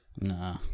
Nah